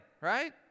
Right